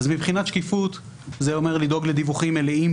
מבחינת שקיפות זה אומר לדאוג לדיווחים מלאים,